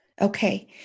Okay